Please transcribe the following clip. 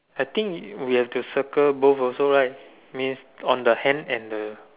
I think we have to circle both also right means on the hand and the